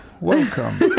welcome